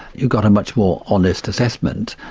you got a much more honest assessment.